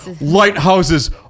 Lighthouses